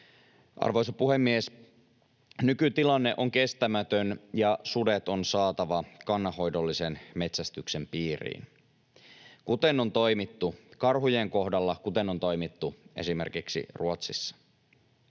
Arvoisa puhemies! Nykytilanne on kestämätön, ja sudet on saatava kannanhoidollisen metsästyksen piiriin, kuten on toimittu karhujen kohdalla ja kuten on toimittu esimerkiksi Ruotsissa.